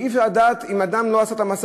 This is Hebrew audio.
ואי-אפשר לדעת אם אדם עשה את המעשה